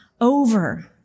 over